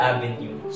Avenue